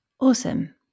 Awesome